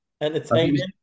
Entertainment